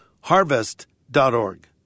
harvest.org